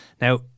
Now